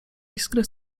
iskry